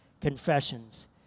confessions